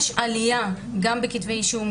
יש עלייה גם בכתבי אישום,